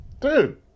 Dude